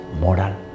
moral